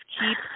Keep